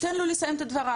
תן לו לסיים את דבריו,